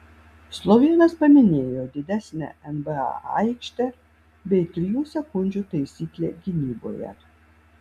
slovėnas paminėjo didesnę nba aikštę bei trijų sekundžių taisyklę gynyboje